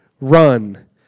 run